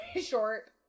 short